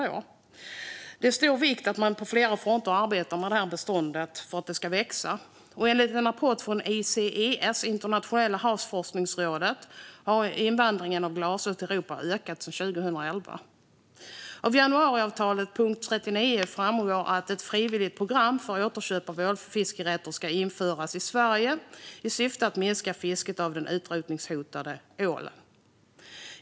Det är av stor vikt att man på flera fronter arbetar för att ålbeståndet ska växa. Enligt en rapport från ICES, Internationella havsforskningsrådet, har invandringen av glasål till Europa ökat sedan 2011. Av januariavtalets punkt 39 framgår att ett frivilligt program för återköp av ålfiskerätter ska införas i Sverige i syfte att minska fisket av den utrotningshotade ålen.